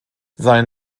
sein